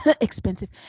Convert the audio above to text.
Expensive